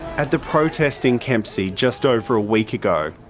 at the protest in kempsey just over a week ago,